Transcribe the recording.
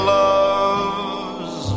love's